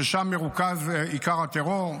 ששם מרוכז עיקר הטרור.